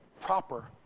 proper